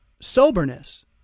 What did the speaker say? soberness